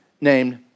named